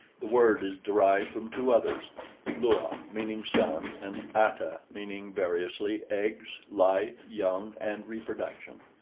the word is derived from two others lua, meaning sun, and ata, meaning variously eggs, life, young, and reproduction.